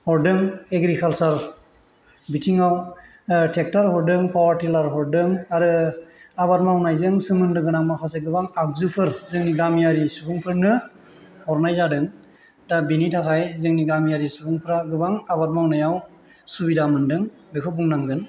हरदों एग्रिकाल्चार बिथिंआव ट्रेक्ट'र हरदों पावारटिलार हरदों आरो आबाद मावनायजों सोमोन्दो गोनां माखासे गोबां आगजुफोर जोंनि गामियारि सुबुंफोरनो हरनाय जादों दा बेनिथाखायनो जोंनि गामियारि सुबुंफोरा गोबां आबाद मावनायाव सुबिदा मोनदों बेखौ बुंनांगोन